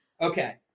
Okay